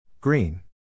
Green